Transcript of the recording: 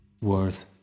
worth